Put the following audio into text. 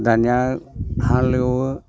दानिया हालेवो